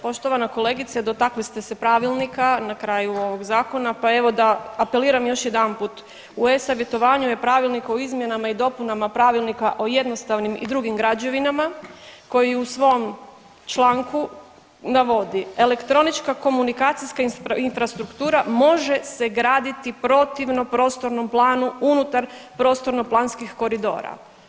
Poštovana kolegice, dotakli ste se pravilnika na kraju ovog zakona, pa evo da apeliram još jedanput, u e-savjetovanju je Pravilnik o izmjenama i dopunama Pravilnika o jednostavnim i drugim građevinama koji u svom članku navodi elektronička komunikacijska infrastruktura može se graditi protivno prostornom planu unutar prostorno planskih koridora.